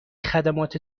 خدمات